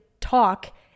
talk